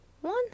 One